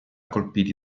colpiti